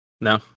No